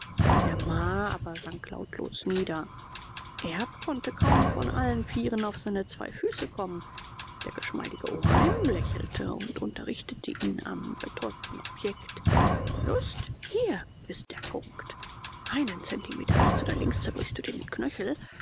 der mha aber sank lautlos nieder erb konnte kaum von allen vieren auf seine zwei füße kommen der geschmeidige oheim lächelte und unterrichtete ihn am betäubten objekt just hier ist der punkt einen zentimeter rechts oder links zerbrichst du dir den knöchel